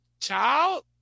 child